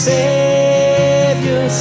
Savior